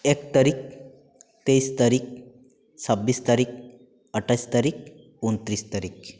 এক তারিখ তেইশ তারিখ ছাব্বিশ তারিখ আটাশ তারিখ উনত্রিশ তারিখ